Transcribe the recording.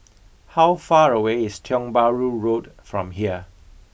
how far away is Tiong Bahru Road from here